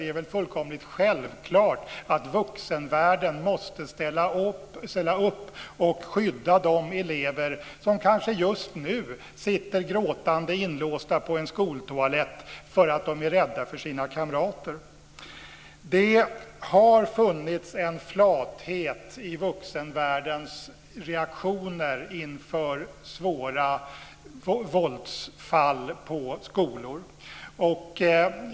Det är väl fullkomligt självklart att vuxenvärlden måste ställa upp och skydda de elever som kanske just nu sitter gråtande inlåsta på en skoltoalett för att de är rädda för sina kamrater. Det har funnits en flathet i vuxenvärldens reaktioner inför svåra våldsfall i skolor.